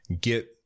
get